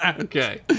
Okay